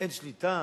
אין שליטה.